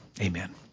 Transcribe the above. Amen